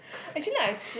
actually I splurge